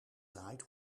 draait